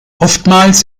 oftmals